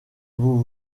vous